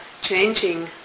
changing